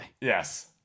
Yes